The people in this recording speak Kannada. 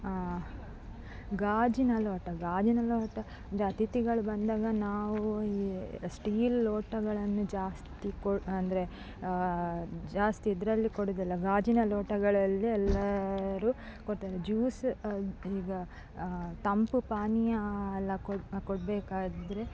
ಗಾಜಿನ ಲೋಟ ಗಾಜಿನ ಲೋಟ ಅಂದರೆ ಅಥಿತಿಗಳು ಬಂದಾಗ ನಾವು ಈ ಸ್ಟೀಲ್ ಲೋಟಗಳನ್ನೇ ಜಾಸ್ತಿ ಕೊ ಅಂದರೆ ಜಾಸ್ತಿ ಇದರಲ್ಲಿ ಕೊಡುವುದಲ್ಲ ಗಾಜಿನ ಲೋಟಗಳಲ್ಲಿ ಎಲ್ಲರೂ ಕೊಡ್ತಾರೆ ಜ್ಯೂಸ್ ಈಗ ತಂಪು ಪಾನೀಯ ಎಲ್ಲ ಕೊಡಬೇಕಾದ್ರೆ